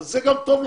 זה גם טוב לכם,